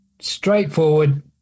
straightforward